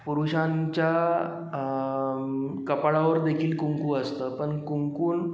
पुरुषांच्या कपाळावर देखील कुंकू असतं पण कुंकू